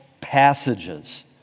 passages